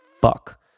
fuck